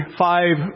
five